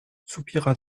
soupira